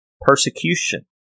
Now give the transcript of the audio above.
persecution